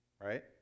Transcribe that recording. right